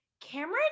Cameron